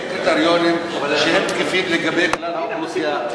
אין קריטריונים תקפים לגבי כלל האוכלוסייה.